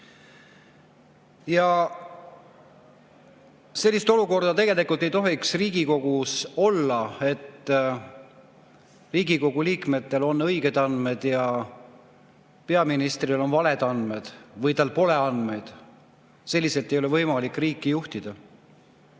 juhtu. Sellist olukorda ei tohiks Riigikogus olla, et Riigikogu liikmetel on õiged andmed ja peaministril on valed andmed või tal pole andmeid. Selliselt ei ole võimalik riiki juhtida,